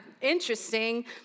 interesting